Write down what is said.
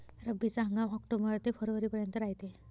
रब्बीचा हंगाम आक्टोबर ते फरवरीपर्यंत रायते